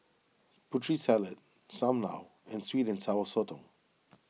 Putri Salad Sam Lau and Sweet and Sour Sotong